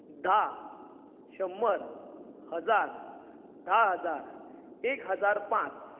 धा शंबर हजार धा हजार एक हजार पांच